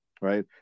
Right